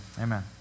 Amen